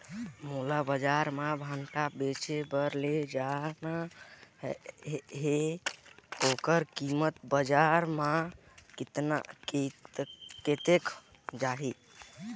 मोला बजार मां भांटा बेचे बार ले जाना हे ओकर कीमत बजार मां कतेक जाही?